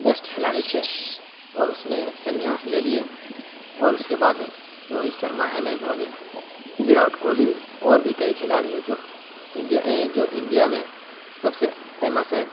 best کھلاڑی تھے اور اس نے سنیاس لے لیے اور اس کے بعد روہت شرما ایم ایس دھونی وراٹ کوہلی اور بھی کئی کھلاڑی ہیں جو انڈیا جو انڈیا میں سب سے فیمس ہے